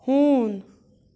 ہوٗن